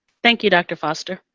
thank you, dr. foster.